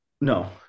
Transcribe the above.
No